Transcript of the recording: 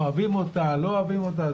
אם אוהבים אותה או לא אוהבים אותה,